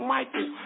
Michael